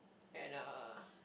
and uh